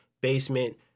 basement